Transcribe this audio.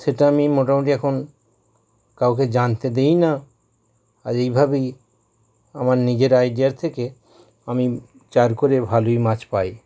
সেটা আমি মোটামুটি এখন কাউকে জানতে দিই না আজ এইভাবেই আমার নিজের আইডিয়ার থেকে আমি চার করে ভালোই মাছ পাই